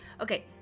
Okay